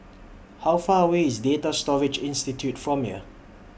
How Far away IS Data Storage Institute from here